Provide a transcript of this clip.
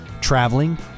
traveling